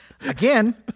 Again